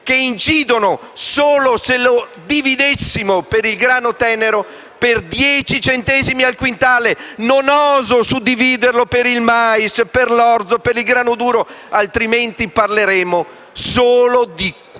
che incidono, se solo li dividessimo per il grano tenero, per 10 centesimi al quintale? Non oso suddividerli per il mais, per l'orzo, per il grano duro, altrimenti parleremmo solo di due o